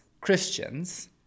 Christians